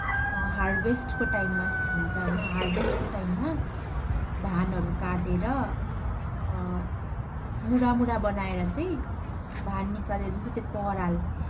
हार्भेस्टको टाइममा हुन्छ होइन हार्भेस्टको टाइममा धानहरू काटेर मुठा मुठा बनाएर चाहिँ धान निकालेर जुन चाहिँ त्यो पराल